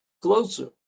closer